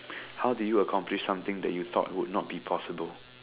how did you accomplish something that you thought would not be possible